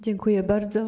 Dziękuję bardzo.